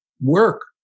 work